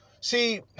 See